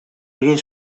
egin